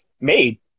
made